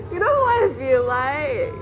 you know what it will be like